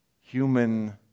human